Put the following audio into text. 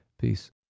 Peace